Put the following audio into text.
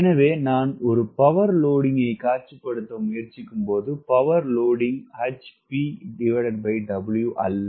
எனவே நான் பவர்லோடிங்கைக் காட்சிப்படுத்த முயற்சிக்கும்போது பவர் லோடிங் hpWஅல்ல